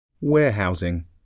Warehousing